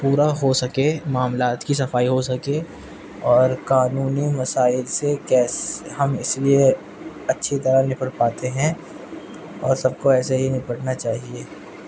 پورا ہو سکے معاملات کی صفائی ہو سکے اور قانونی مسائل سے کیس ہم اس لیے اچھی طرح نپٹ پاتے ہیں اور سب کو ایسے ہی نپٹنا چاہیے